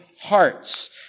hearts